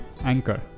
Anchor